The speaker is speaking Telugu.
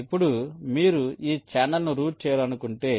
ఇప్పుడు మీరు ఈ ఛానెల్ను రూట్ చేయాలనుకుంటే